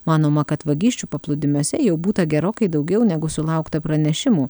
manoma kad vagysčių paplūdimiuose jau būta gerokai daugiau negu sulaukta pranešimų